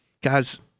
Guys